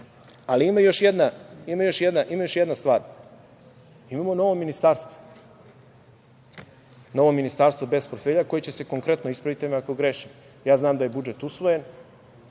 ali ima još jedna stvar, imamo novo ministarstvo, novo ministarstvo bez portfelja koje će se konkretno, ispravite me ako grešim, ja znam da je budžet usvojen